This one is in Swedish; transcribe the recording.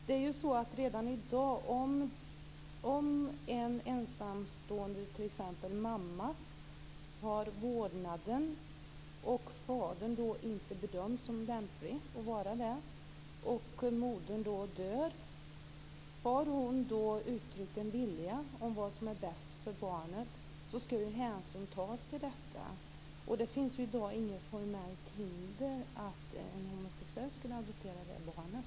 Redan i dag kan t.ex. en ensamstående mamma ha vårdnaden och fadern inte bedömas som lämplig att ha det. Om modern dör och har uttryckt en vilja om vad som är bäst för barnet ska ju hänsyn tas till detta. Det finns i dag inget formellt hinder att en homosexuell skulle adoptera det barnet.